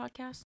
podcast